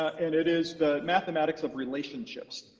and it is the mathematics of relationships.